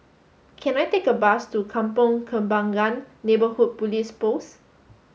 can I take a bus to Kampong Kembangan Neighborhood Police Post